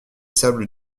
sables